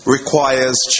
Requires